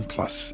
Plus